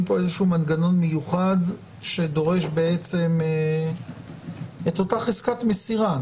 פה איזשהו מנגנון מיוחד שדורש בעצם את אותה חזקת מסירה,